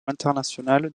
internationale